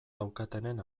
daukatenen